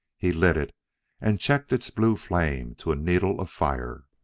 he lit it and checked its blue flame to a needle of fire.